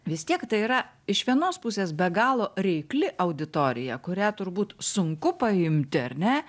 vis tiek tai yra iš vienos pusės be galo reikli auditorija kurią turbūt sunku paimti ar ne